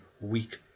weak